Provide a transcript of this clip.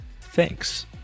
Thanks